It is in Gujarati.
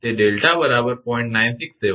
તે 𝛿 0